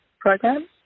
program